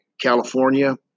California